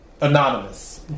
Anonymous